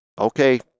okay